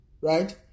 Right